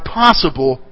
possible